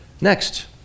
Next